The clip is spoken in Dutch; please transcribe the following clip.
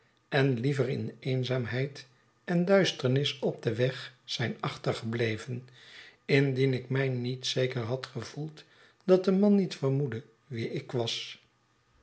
en liever in eenzaamheid en duisternis op den weg zijn achtergebleven indien ik my niet zeker had gevoeid dat de man niet vermoedde wie ik was